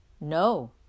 No